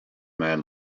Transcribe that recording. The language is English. man